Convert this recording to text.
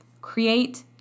create